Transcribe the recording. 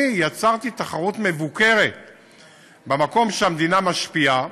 אני יצרתי תחרות מבוקרת במקום שהמדינה משפיעה.